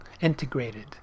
integrated